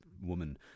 woman